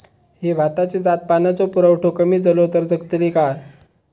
ही भाताची जात पाण्याचो पुरवठो कमी जलो तर जगतली काय?